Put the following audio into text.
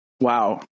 Wow